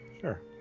sure